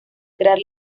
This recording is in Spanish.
crear